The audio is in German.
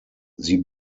sie